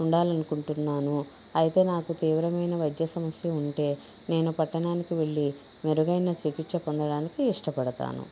ఉండాలనుకుంటున్నాను అయితే నాకు తీవ్రమైన వైద్య సమస్య ఉంటే నేను పట్టణానికి వెళ్ళి మెరుగైన చికిత్స పొందడానికి ఇష్టపడతాను